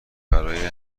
برای